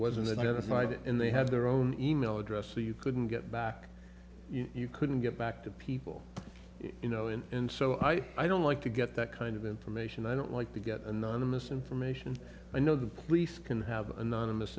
side and they had their own email address so you couldn't get back you couldn't get back to people you know and so i i don't like to get that kind of information i don't like to get anonymous information i know the police can have anonymous